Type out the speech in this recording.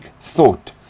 thought